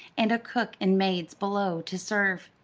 and a cook and maids below to serve.